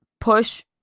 push